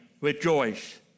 rejoice